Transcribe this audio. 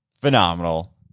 Phenomenal